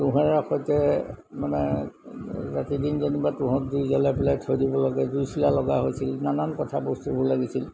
তোঁহেৰে সৈতে মানে ৰাতি দিন যেনিবা তোঁহত জুই জ্বলাই পেলাই থৈ দিব লাগে জুইচিলা লগা হৈছিল নানান কথা বস্তুবোৰ লাগিছিল